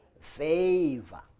favor